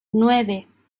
nueve